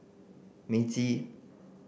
Meiji